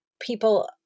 people